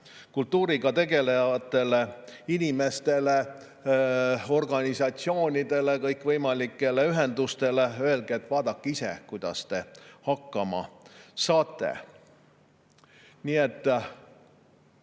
Kultuuriga tegelevatele inimestele, organisatsioonidele, kõikvõimalikele ühendustele öeldakse, et vaadake ise, kuidas te hakkama saate. Nii et